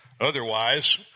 Otherwise